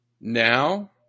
Now